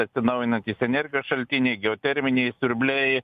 atsinaujinantys energijos šaltiniai geoterminiai siurbliai